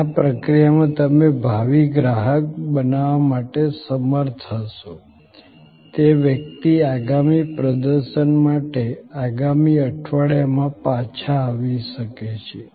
અને આ પ્રક્રિયામાં તમે ભાવિ ગ્રાહક બનાવવા માટે સમર્થ હશો તે વ્યક્તિ આગામી પ્રદર્શન માટે આગામી અઠવાડિયામાં પાછા આવી શકે છે